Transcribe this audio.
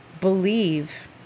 believe